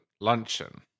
Luncheon